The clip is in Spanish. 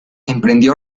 emprendió